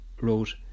wrote